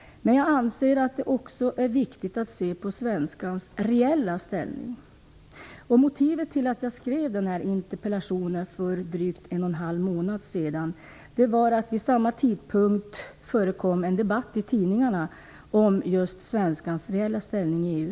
Men jag anser att det också är viktigt att se på svenskans reella ställning. Motivet till att jag skrev interpellationen, för drygt en och en halv månad sedan, var att det vid samma tidpunkt förekom en debatt i tidningarna om svenskans reella ställning i EU.